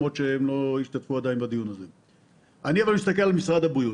אבל אני מסתכל גם על משרד הבריאות.